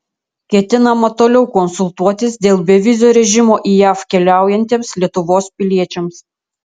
ketinama toliau konsultuotis dėl bevizio režimo į jav keliaujantiems lietuvos piliečiams